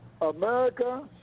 america